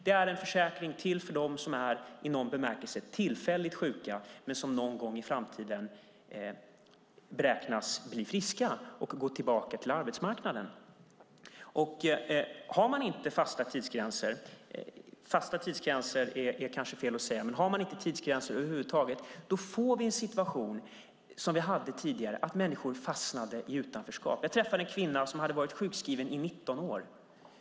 Det är en försäkring som är till för dem som i någon bemärkelse är tillfälligt sjuka men som någon gång i framtiden beräknas bli friska och gå tillbaka till arbetsmarknaden. Om man inte har några tidsgränser över huvud taget får man en situation som den vi hade tidigare; människor fastnar i utanförskap. Jag träffade en kvinna som hade varit sjukskriven i 19 år.